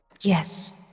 Yes